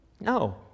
No